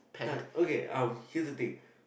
uh okay um here's the thing